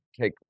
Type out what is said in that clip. take